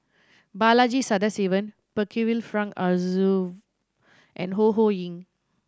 Balaji Sadasivan Percival Frank Aroozoo and Ho Ho Ying